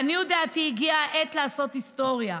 לעניות דעתי, הגיעה העת לעשות היסטוריה.